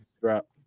drop